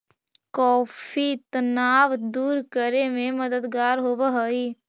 coffee तनाव दूर करे में मददगार होवऽ हई